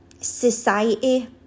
society